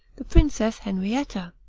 the princess henrietta.